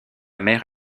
mère